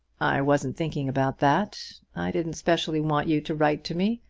i wasn't thinking about that. i didn't specially want you to write to me.